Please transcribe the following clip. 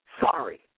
Sorry